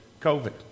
covid